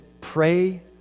pray